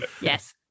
Yes